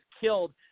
killed